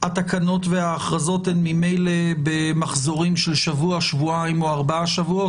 התקנות וההכרזות הן ממילא במחזורים של שבוע-שבועיים או ארבעה שבועות,